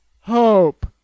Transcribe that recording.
hope